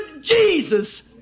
Jesus